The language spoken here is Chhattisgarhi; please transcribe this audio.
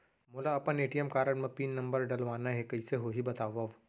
मोला अपन ए.टी.एम कारड म पिन नंबर डलवाना हे कइसे होही बतावव?